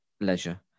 leisure